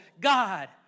God